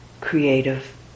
creative